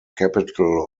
capital